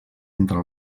entre